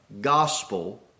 gospel